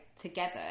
together